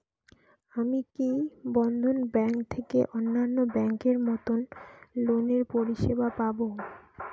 আমি কি বন্ধন ব্যাংক থেকে অন্যান্য ব্যাংক এর মতন লোনের পরিসেবা পাব?